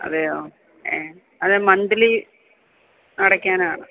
അതേയോ ഏ അത് മന്തിലി അടയ്ക്കാനാണ്